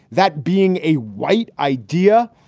that being a white idea.